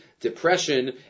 depression